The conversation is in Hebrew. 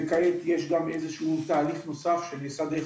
וכעת יש גם איזה שהוא תהליך נוסף שנעשה דרך